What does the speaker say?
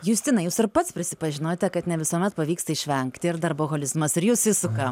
justinai jūs ir pats prisipažinote kad ne visuomet pavyksta išvengti ir darboholizmas ir jus įsuka